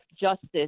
justice